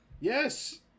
Yes